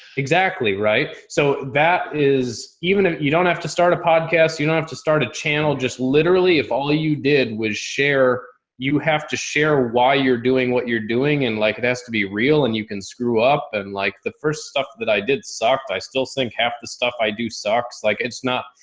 exactly right so that is, even if you don't have to start a podcast, you don't have to start a channel. just literally if all you did was share, you have to share why you're doing what you're doing and like it has to be real and you can screw up. and like the first stuff that i did sucked, i still think half the stuff i do sucks. like it's not,